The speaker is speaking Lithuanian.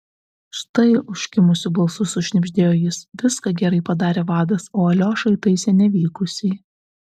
štai užkimusiu balsu sušnibždėjo jis viską gerai padarė vadas o aliošą įtaisė nevykusiai